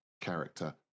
character